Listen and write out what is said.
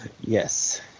Yes